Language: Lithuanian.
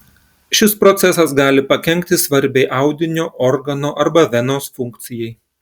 šis procesas gali pakenkti svarbiai audinio organo arba venos funkcijai